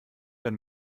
dann